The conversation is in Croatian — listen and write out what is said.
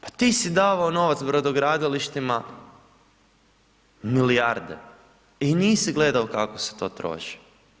Pa ti si davao novac brodogradilištima milijarde i nisi gledao kako se to troši.